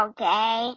Okay